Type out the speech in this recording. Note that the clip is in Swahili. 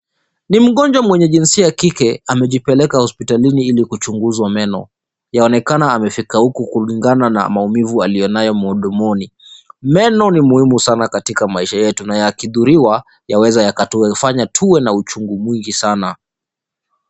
Ni mgonjwa mwenye jinsia wa kike amejipeleka hospitalini hili kuchunguzwa meno ,yaonekana amefika uko kulingana na maumivu aliyo nayo kwa mdomoni. Meno ni muhimu sana katika maisha yetu na yakihudhuriwa yaweza fanya tuwe na uchungu mwingi sana.